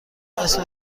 اسم